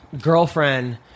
girlfriend